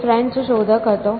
તે ફ્રેન્ચ શોધક હતો